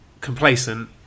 complacent